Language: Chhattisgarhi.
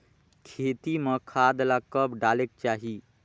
खेती म खाद ला कब डालेक चाही?